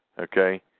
Okay